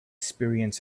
experience